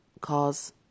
cause